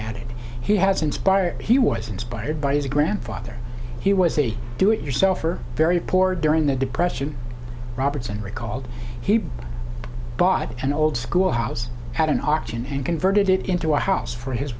added he has inspired he was inspired by his grandfather he was a do it yourself or very poor during the depression robertson recalled he bought an old schoolhouse at an auction and converted it into a house for his